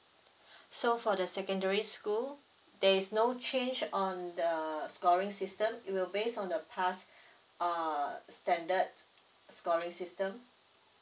so for the secondary school there is no change on the scoring system it will base on the past uh standard scoring system